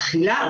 אכילה,